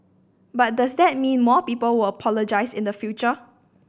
but does that mean more people will apologise in the future